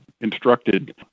instructed